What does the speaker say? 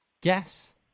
Guess